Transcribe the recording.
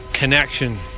connection